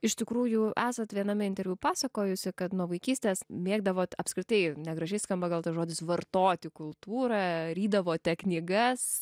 iš tikrųjų esat viename interviu pasakojusi kad nuo vaikystės mėgdavot apskritai negražiai skamba gal tas žodis vartoti kultūrą rydavote knygas